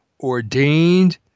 ordained